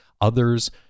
others